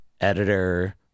editor